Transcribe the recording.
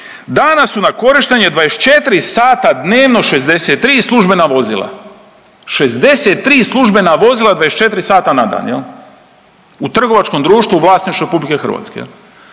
dana su na korištenje 24 sata dnevno 63 službena vozila, 63 službena vozila 24 sata na dan u trgovačkom društvu u vlasništvu Republike Hrvatske. Pa